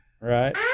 Right